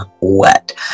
wet